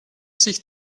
sich